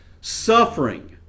suffering